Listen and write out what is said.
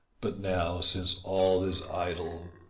but now, since all is idle,